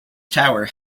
tower